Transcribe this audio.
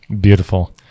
Beautiful